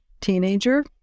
teenager